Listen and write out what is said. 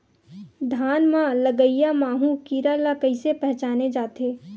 धान म लगईया माहु कीरा ल कइसे पहचाने जाथे?